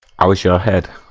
i was your head,